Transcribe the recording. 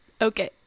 okay